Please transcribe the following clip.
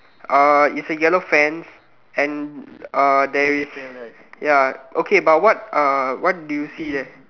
uh is a yellow fence and uh there is ya okay but what uh what do you see there